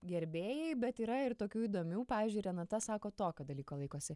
gerbėjai bet yra ir tokių įdomių pavyzdžiui renata sako tokio dalyko laikosi